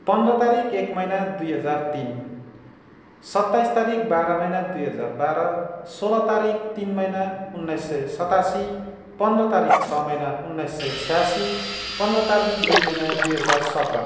पन्ध्र तारिक एक महिना दुई हजार तिन सत्ताइस तारिक बाह्र महिना दुई हजार बाह्र सोह्र तारिक तिन महिना उन्नाइ सय सतासी पन्ध्र तारिक छ महिना उन्नाइस सय छ्यासी पन्ध्र तारिक दुई महिना दुई हजार सत्र